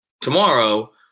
tomorrow